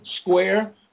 Square